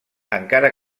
encara